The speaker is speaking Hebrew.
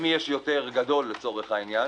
למי יש יותר גדול, לצורך העניין,